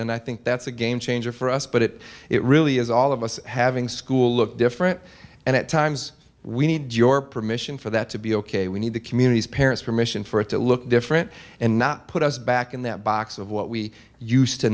and i think that's a game changer for us but it it really is all of us having school look different and at times we need your permission for that to be ok we need the community's parents permission for it to look different and not put us back in that box of what we used to